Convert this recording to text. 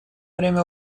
время